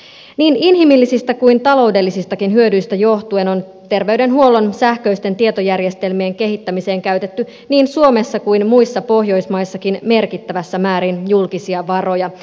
niin inhimillisistä kuin taloudellisistakin hyödyistä johtuen on terveydenhuollon sähköisten tietojärjestelmien kehittämiseen käytetty niin suomessa kuin muissa pohjoismaissakin merkittävässä määrin julkisia varoja